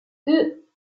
deux